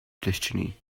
destiny